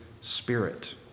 Spirit